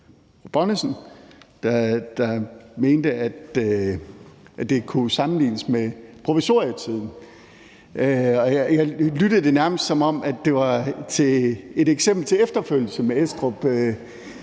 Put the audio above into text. der mente, at det kunne sammenlignes med provisorietiden. Det lød næsten, som om det var et eksempel til efterfølgelse, altså med Estrup;